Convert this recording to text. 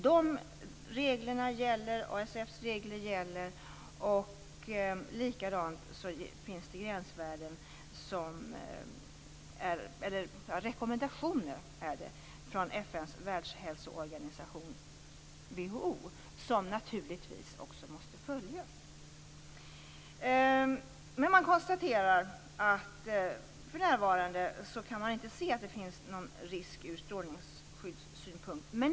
De reglerna gäller, ASF:s regler gäller och det finns även rekommendationer från FN:s världshälsoorganisation, WHO, som naturligtvis också måste följas. Men på SSI konstaterar man att man för närvarande inte kan se någon risk från strålningsskyddssynpunkt.